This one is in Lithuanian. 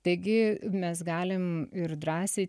taigi mes galim ir drąsiai